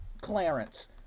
Clarence